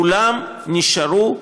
כולם נשארו בחוץ,